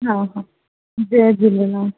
हा हा जय झूलेलालु